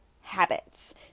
habits